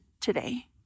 today